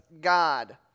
God